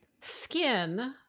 skin